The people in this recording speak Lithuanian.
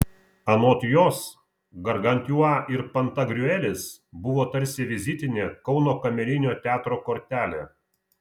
anot jos gargantiua ir pantagriuelis buvo tarsi vizitinė kauno kamerinio teatro kortelė